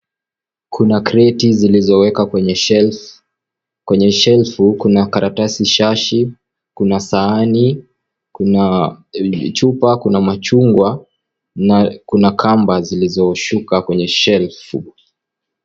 Kuna kreti zilizoweka kwenye shelf kwenye shelfu kuna karatasi shashi kuna sahani , kuna chupa , kuna machungwa na kuna kamba zilizoshuka kwenye shelfu .